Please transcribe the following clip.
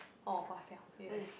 oh